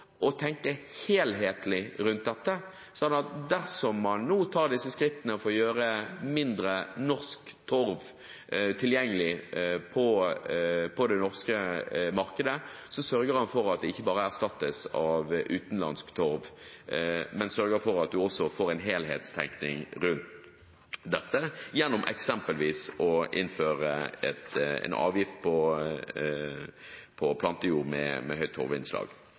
å tenke helhetlig rundt dette? Dersom man nå tar disse skrittene for å gjøre norsk torv mindre tilgjengelig på det norske markedet, sørger han for at den ikke bare erstattes av utenlandsk torv, men at man også får en helhetstenkning rundt dette gjennom eksempelvis å innføre en avgift på plantejord med høyt torvinnslag?